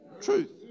truth